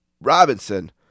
Robinson